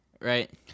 right